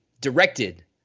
Directed